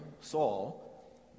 Saul